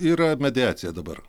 yra mediacija dabar